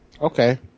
Okay